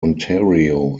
ontario